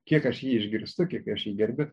kiek aš jį išgirstu kiek aš jį gerbiu